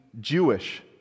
Jewish